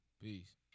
Peace